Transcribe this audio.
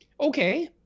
Okay